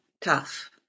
tough